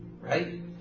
right